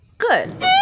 good